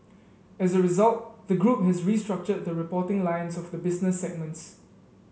as a result the group has restructured the reporting lines of the business segments